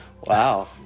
Wow